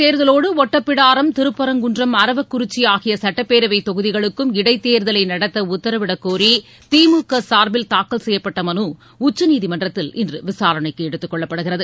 தேர்தலோடுட்டப்பிடாரம் மக்களவைத் திருப்பரங்குன்றம் அரவக்குறிச்சிஆகியசுட்டப்பேரவைதொகுதிகளுக்கும் இடைத்தேர்தலைநடத்தஉத்தரவிடக்கோரிதிமுகசார்பில் தாக்கல் செய்யப்பட்டமனுஉச்சநீதிமன்றத்தில் இன்றுவிசாரணைக்குஎடுத்துக் கொள்ளப்படுகிறது